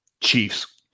Chiefs